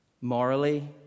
Morally